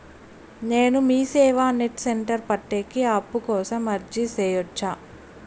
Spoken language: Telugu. నేను మీసేవ నెట్ సెంటర్ పెట్టేకి అప్పు కోసం అర్జీ సేయొచ్చా?